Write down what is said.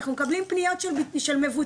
אנחנו מקבלים פניות של מבוטחים,